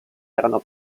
erano